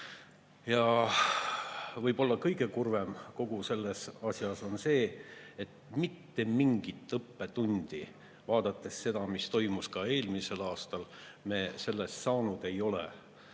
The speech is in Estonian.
Võib-olla kõige kurvem kogu selles asjas on see, et mitte mingit õppetundi, vaadates seda, mis toimus ka eelmisel aastal, me sellest saanud ei ole.